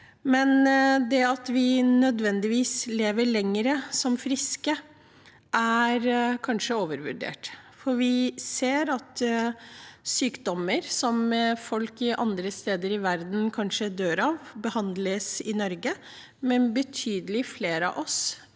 lever ikke nødvendigvis lenger som friske – det er kanskje overvurdert – for vi ser at sykdommer som folk andre steder i verden kanskje dør av, behandles i Norge. Betydelig flere av oss